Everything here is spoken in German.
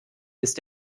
ist